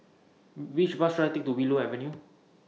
Which Bus should I Take to Willow Avenue